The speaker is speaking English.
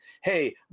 hey